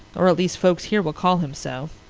or at least, folks here will call him so.